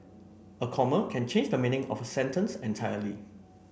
a comma can change the meaning of a sentence entirely